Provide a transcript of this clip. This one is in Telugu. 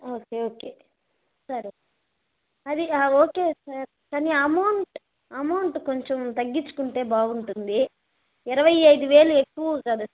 ఓకే ఓకే సరే అది ఓకే సార్ కాని అమౌంట్ అమౌంటు కొంచెం తగ్గించుకుంటే బాగుంటుంది ఇరవై ఐదు వేలు ఎక్కువ కదా